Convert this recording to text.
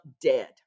dead